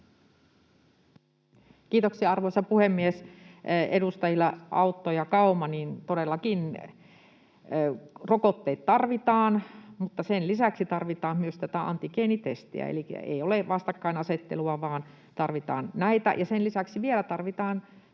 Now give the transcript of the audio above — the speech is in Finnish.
Kiitoksia, arvoisa puhemies! Edustajille Autto ja Kauma: Todellakin, rokotteet tarvitaan mutta sen lisäksi tarvitaan myös tätä antigeenitestiä, elikkä ei ole vastakkainasettelua, vaan näitä tarvitaan. Lisäksi tarvitaan